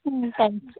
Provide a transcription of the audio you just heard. ம் தேங்க்ஸ்